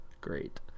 great